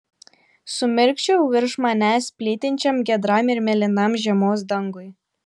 sumirkčiojau virš manęs plytinčiam giedram ir mėlynam žiemos dangui